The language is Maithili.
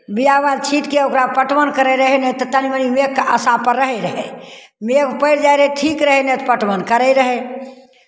बिया बालि छीँटि कऽ ओकरा पटवन करैत रहय नहि तऽ तनि मनि मेघके आशापर रहैत रहय मेघ पड़ि जाय ठीक रहय नहि तऽ पटवन करैत रहय